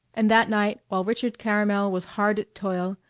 and that night while richard caramel was hard at toil,